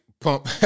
pump